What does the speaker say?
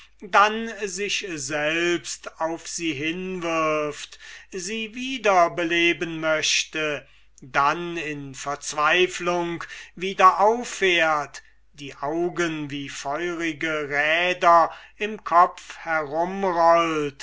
dann sich selbst auf sie hinwirft sie wieder beleben möchte dann in verzweiflung wieder auffährt die augen wie feurige räder im kopf herumrollt